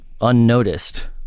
unnoticed